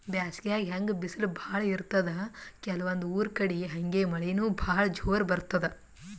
ಬ್ಯಾಸ್ಗ್ಯಾಗ್ ಹೆಂಗ್ ಬಿಸ್ಲ್ ಭಾಳ್ ಇರ್ತದ್ ಕೆಲವಂದ್ ಊರ್ ಕಡಿ ಹಂಗೆ ಮಳಿನೂ ಭಾಳ್ ಜೋರ್ ಬರ್ತದ್